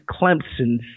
Clemson